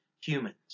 humans